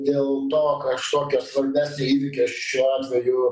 dėl to kažkokio svarbesnio įvykio šiuo atveju